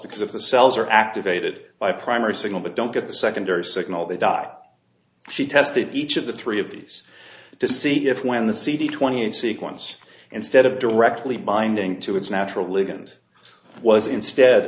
because of the cells are activated by primary signal but don't get the secondary signal they die she tested each of the three of these to see if when the cd twenty in sequence instead of directly binding to its natural league and was instead